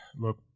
Look